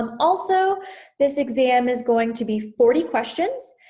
um also this exam is going to be forty questions.